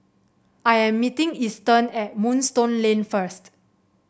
I am meeting Easton at Moonstone Lane first